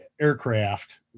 aircraft